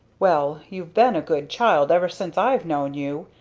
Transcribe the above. well you've been a good child ever since i've known you.